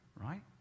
right